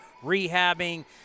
rehabbing